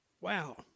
wow